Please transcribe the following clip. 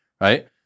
Right